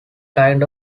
kind